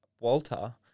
walter